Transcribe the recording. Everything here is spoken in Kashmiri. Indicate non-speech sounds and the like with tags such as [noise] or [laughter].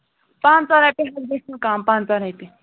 پنٛژاہ رۄپیہِ [unintelligible] گژھِو کَم پنٛژاہ رۄپیہِ